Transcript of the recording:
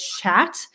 chat